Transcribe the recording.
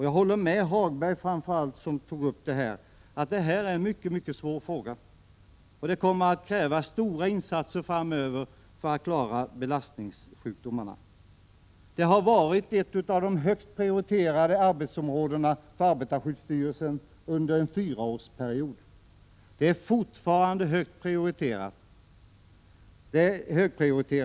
Jag håller med Lars-Ove Hagberg, som tog upp detta, om att det är en mycket svår fråga. Det kommer att krävas stora insatser framöver för att klara belastningssjukdomarna. Detta har varit ett av de högst prioriterade arbetsområdena för arbetarskyddsstyrelsen under en fyraårsperiod, och det är fortfarande högprioriterat.